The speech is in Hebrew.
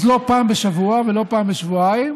אז לא פעם בשבוע ולא פעם בשבועיים.